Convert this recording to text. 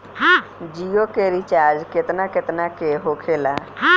जियो के रिचार्ज केतना केतना के होखे ला?